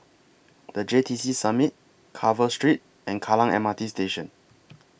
The J T C Summit Carver Street and Kallang M R T Station